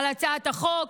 על הצעת החוק,